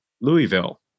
Louisville